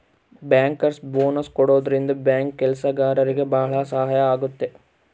bankers bonus ಕೊಡೋದ್ರಿಂದ bank ಕೆಲ್ಸಗಾರ್ರಿಗೆ ಭಾಳ ಸಹಾಯ ಆಗುತ್ತೆ